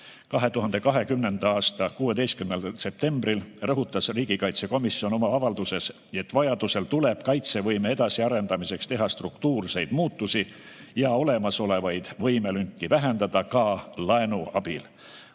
2020. aasta 16. septembril rõhutas riigikaitsekomisjon oma avalduses, et vajadusel tuleb kaitsevõime edasiarendamiseks teha struktuurseid muutusi ja olemasolevaid võimelünki vähendada ka laenu abil.